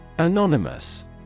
Anonymous